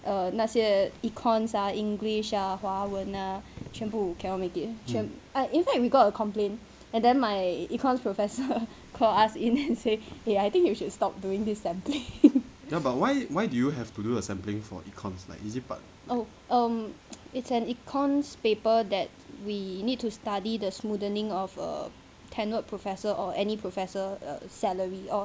err 那些 econs ah english ah 华文 ah 全部 cannot make it 全 in fact we got a complaint and then my econs professor call us in and say eh I think you should stop doing this sampling oh erm it's an econs paper that we need to study the smoothening of a tenured professor or any professor err salary or